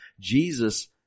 jesus